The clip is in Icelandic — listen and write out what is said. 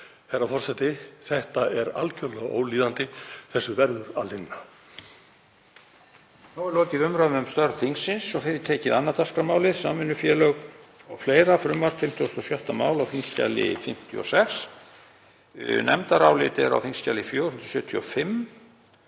Þetta er algjörlega ólíðandi. Þessu verður að linna.